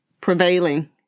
prevailing